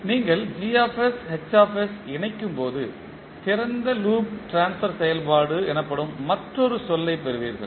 நீங்கள் இணைக்கும்போது திறந்த லூப் ட்ரான்ஸ்பர் செயல்பாடு எனப்படும் மற்றொரு சொல்லைப் பெறுவீர்கள்